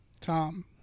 Tom